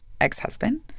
ex-husband